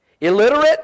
Illiterate